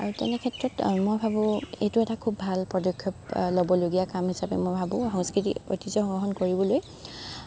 আৰু তেনেক্ষেত্ৰত মই ভাবোঁ এইটো এটা খুব ভাল পদক্ষেপ ল'বলগীয়া কাম হিচাপে মই ভাবোঁ সাংস্কৃতিক ঐতিহ্য বহন কৰিবলৈ